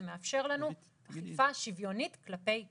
זה מאפשר לנו אכיפה שוויונית כלפי כולם.